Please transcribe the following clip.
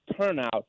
turnout